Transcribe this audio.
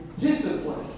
discipline